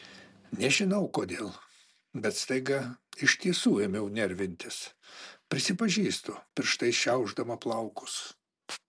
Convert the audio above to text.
nežinau kodėl bet staiga iš tiesų ėmiau nervintis prisipažįstu pirštais šiaušdama plaukus